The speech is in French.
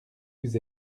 vous